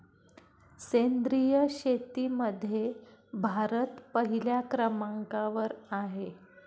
सेंद्रिय शेतीमध्ये भारत पहिल्या क्रमांकावर आहे